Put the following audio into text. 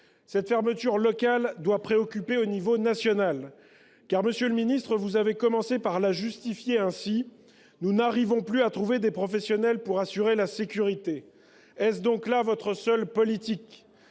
Cette fermeture locale doit préoccuper à l'échelon national. Monsieur le ministre, vous avez commencé par la justifier ainsi :« Nous n'arrivons plus à trouver des professionnels pour assurer la sécurité. » Est-ce donc là votre seule politique ?